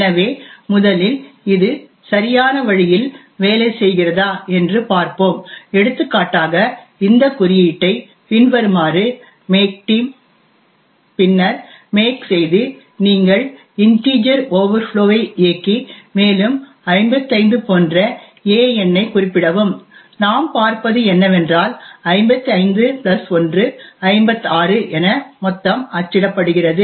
எனவே முதலில் இது சரியான வழியில் வேலை செய்கிறதா என்று பார்ப்போம் எடுத்துக்காட்டாக இந்த குறியீட்டை பின்வருமாறு மேக் டீம் பின்னர் மேக் செய்து நீங்கள் இன்டிஜெர் ஓவர்ஃப்ளோ ஐ இயக்கி மேலும் 55 போன்ற a எண்ணைக் குறிப்பிடவும் நாம் பார்ப்பது என்னவென்றால் 55 1 56 என மொத்தம் அச்சிடப்படுகிறது